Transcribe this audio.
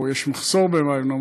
או יש מחסור במים בדרום,